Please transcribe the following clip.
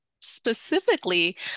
specifically